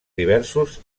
diversos